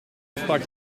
afspraak